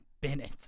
bennett